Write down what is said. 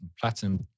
platinum